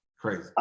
Crazy